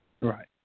Right